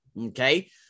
Okay